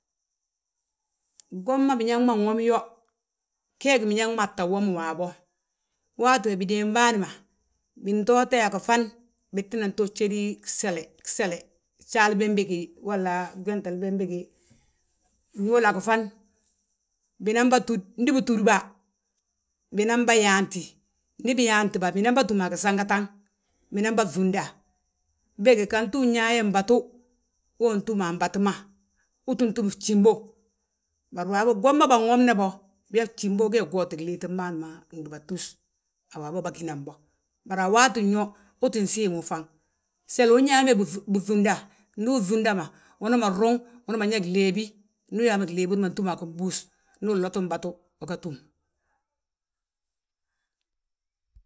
Gwom ma biñaŋ ma nwomi yo, gee gi biñaŋ maa tta wom waabo. Waati we bidéem bâan ma bintoote a gifan, bitinan to jédi gsele, gsele, gjaal bembege. Walla gwentele bembege, nyóolagifan, binanbà túd, ndi bitúdbà, binanbà yaanti. Ndi biyaantibà, binanbà túmbà túm a gisangataŋ, binanbà ŧuunda. Bége ganti uyaa ye mbatu, wee untúma a mbatu ma, uu tti túm fjímbo. Bari waabo womna bânwomna bo, biyaa gjimbo ge gwooti gliitim bâan ma gdúbatus, a waabo bâginan bo. Bari a waatin yo, uu tti siimwi fan, sele unyaama ye binŧunda, ndu uŧundama, unanman ruŋ, unaman yaa gléebi, ndu uyaama gléebi umanan túm a gimbús. Ndu unloti mbu uga túm.